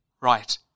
Right